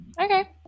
Okay